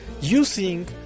using